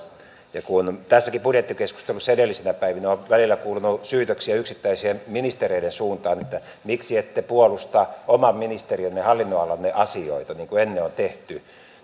kun tässäkin budjettikeskustelussa edellisinä päivinä on välillä kuulunut syytöksiä yksittäisten ministereiden suuntaan että miksi ette puolusta oman ministeriönne hallinnonalan asioita niin kuin ennen on tehty